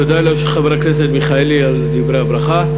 תודה לחבר הכנסת מיכאלי על דברי הברכה.